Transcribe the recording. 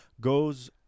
goes